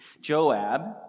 Joab